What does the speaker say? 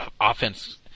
offense